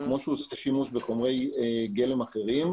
כפי שהוא עושה שימוש בחומרי גלם אחרים,